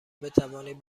بتوانید